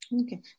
Okay